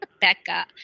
Becca